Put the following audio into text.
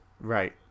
Right